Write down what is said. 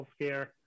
healthcare